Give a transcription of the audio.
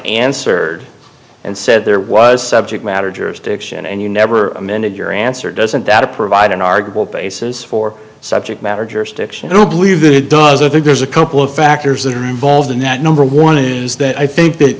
answered and said there was subject matter jurisdiction and you never meant it your answer doesn't that a provide an arguable basis for subject matter jurisdiction i don't believe that it does i think there's a couple of factors that are involved in that number one is that i think that